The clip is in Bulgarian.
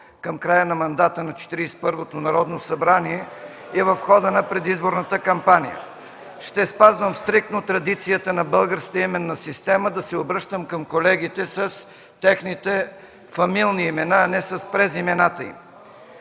към края на мандата на Четиридесет и първото Народно събрание и в хода на предизборната кампания. (Шум и реплики.) Ще спазвам стриктно традицията на българската именна система да се обръщам към колегите с техните фамилни имена, а не с презимената им.